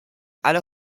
alle